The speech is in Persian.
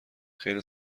خیر